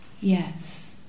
yes